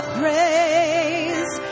praise